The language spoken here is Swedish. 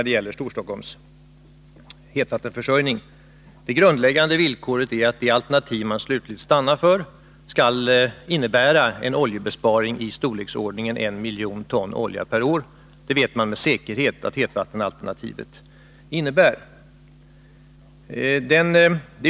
Det grundläggande villkoret är att det alternativ man slutligen stannar för skall innebära en oljebesparing i storleksordningen 1 miljon ton olja per år — det vet man med säkerhet att hetvattenalternativet gör.